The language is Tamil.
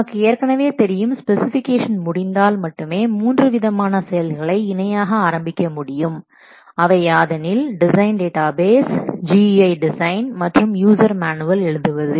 நமக்கு ஏற்கனவே தெரியும் ஸ்பெசிஃபிகேஷன் முடிந்தால் மட்டுமே மூன்று விதமான செயல்களை இணையாக ஆரம்பிக்க முடியும் அவை யாதெனில் டிசைன் டேட்டாபேஸ் GUI டிசைன் மற்றும் யூசர் மேனுவல் எழுதுவது